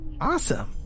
Awesome